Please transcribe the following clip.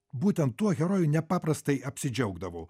būtent tuo heroju nepaprastai apsidžiaugdavau